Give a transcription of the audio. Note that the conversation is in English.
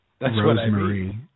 Rosemary